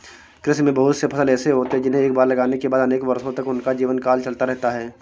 कृषि में बहुत से फसल ऐसे होते हैं जिन्हें एक बार लगाने के बाद अनेक वर्षों तक उनका जीवनकाल चलता रहता है